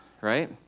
right